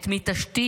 את מי תשתיק,